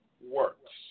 works